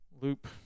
loop